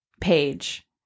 page